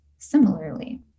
similarly